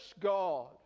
God